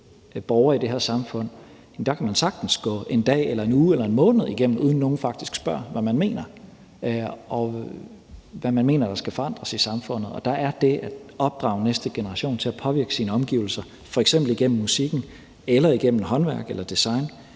borgere i det her samfund kan sagtens gå en dag, en uge eller en måned, uden at nogen faktisk spørger, hvad de mener, og hvad de mener at der skal forandres i samfundet. Der er det at opdrage næste generation til at påvirke sine omgivelser, f.eks. gennem musikken eller gennem håndværk og design,